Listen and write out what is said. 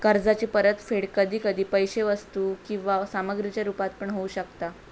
कर्जाची परतफेड कधी कधी पैशे वस्तू किंवा सामग्रीच्या रुपात पण होऊ शकता